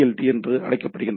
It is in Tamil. டி என அழைக்கப்படுகின்றன